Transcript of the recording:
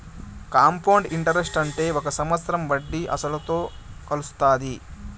compound interest అంటే ఒక సంవత్సరం వడ్డీ అసలుతో కలుత్తాది